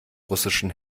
russischen